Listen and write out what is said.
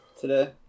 today